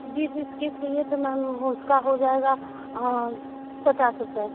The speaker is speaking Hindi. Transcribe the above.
बीस इस्केच चाहिए तो मैम उसका हो जाएगा पचास रुपये